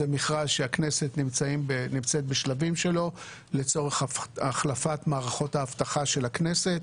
זה מכרז שהכנסת נמצאת בשלבים שלו לצורך החלפת מערכות האבטחה של הכנסת.